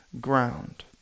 ground